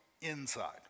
inside